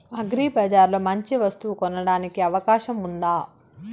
అగ్రిబజార్ లో మంచి వస్తువు కొనడానికి అవకాశం వుందా?